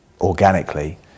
organically